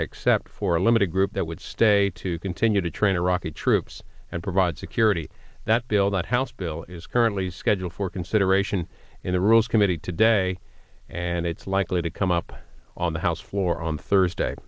except for a limited group that would stay to continue to train iraqi troops and provide security that bill that house bill is currently scheduled for consideration in the rules committee today and it's likely to come up on the house floor on thursday